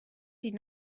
die